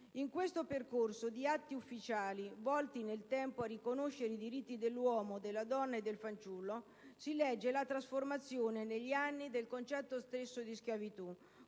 In questo percorso di atti ufficiali, volti nel tempo a riconoscere i diritti dell'uomo, della donna e del fanciullo, si legge la trasformazione negli anni del concetto stesso di schiavitù,